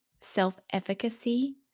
self-efficacy